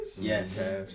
Yes